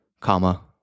comma